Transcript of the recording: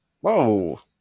Whoa